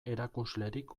erakuslerik